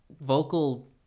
vocal